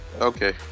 okay